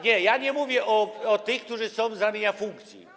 Nie, ja nie mówię o tych, którzy są z ramienia funkcji.